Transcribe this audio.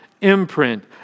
imprint